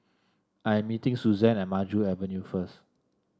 I am meeting Suzanne at Maju Avenue first